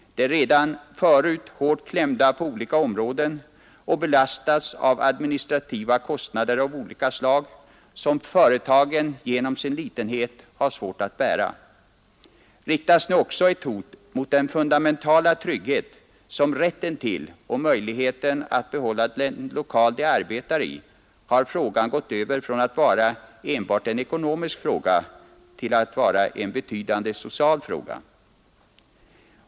De är redan förut hårt klämda på olika områden och belastas av administrativa kostnader av olika slag som företagen genom sin litenhet har svårt att bära. Riktas också nu ett hot mot den fundamentala trygghet som rätten till och möjligheten att behålla den lokal de arbetar i, har frågan gått över från att vara enbart en ekonomisk fråga till att bli en betydande social fråga.